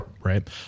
right